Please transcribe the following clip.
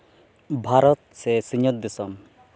ᱵᱷᱟᱨᱚᱛ ᱥᱮ ᱥᱤᱧᱚᱛ ᱫᱤᱥᱚᱢ